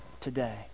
today